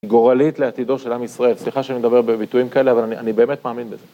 גורלית לעתידו של עם ישראל, סליחה שאני מדבר בביטויים כאלה, אבל אני באמת מאמין בזה.